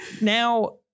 now